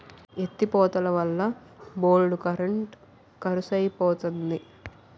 ఎత్తి పోతలవల్ల బోల్డు కరెంట్ కరుసైపోతంది